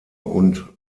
und